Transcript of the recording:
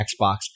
Xbox